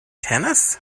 tennis